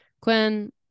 Quinn